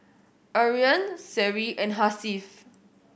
Aryan Seri and Hasif